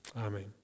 Amen